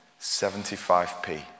75p